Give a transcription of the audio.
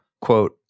quote